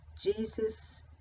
Jesus